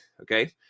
Okay